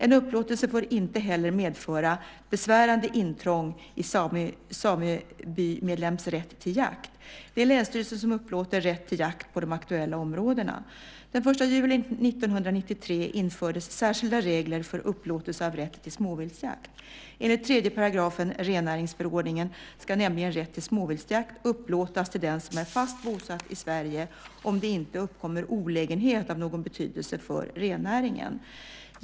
En upplåtelse får inte heller medföra besvärande intrång i samebymedlems rätt till jakt. Det är länsstyrelsen som upplåter rätt till jakt på de aktuella områdena. Den 1 juli 1993 infördes särskilda regler för upplåtelse av rätt till småviltsjakt. Enligt 3 § rennäringsförordningen ska nämligen rätt till småviltsjakt upplåtas till den som är fast bosatt i Sverige om det inte uppkommer olägenhet av någon betydelse för rennäringen.